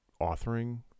authoring